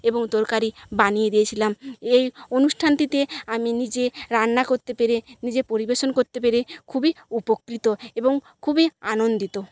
এবং তরকারি বানিয়ে দিয়েছিলাম এই অনুষ্ঠানটিতে আমি নিজে রান্না করতে পেরে নিজে পরিবেশন করতে পেরে খুবই উপকৃত এবং খুবই আনন্দিত